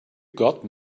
got